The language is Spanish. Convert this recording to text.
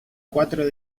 cuatro